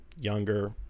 younger